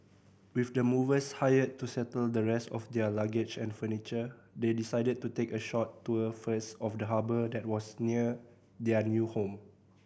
with the movers hired to settle the rest of their luggage and furniture they decided to take a short tour first of the harbour that was near their new home